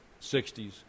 60s